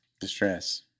distress